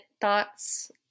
thoughts